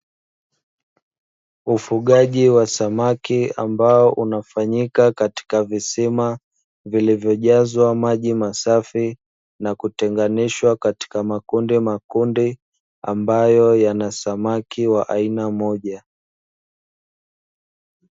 Ufugaji wa samaki ambao unafanyika katika visima, vilivyojazwa maji masafi na kutenganishwa katika makundi makundi ambayo yana samaki wa aina moja.